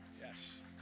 Yes